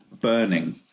burning